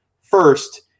first